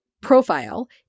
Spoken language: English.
profile